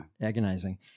agonizing